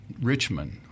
Richmond